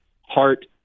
heart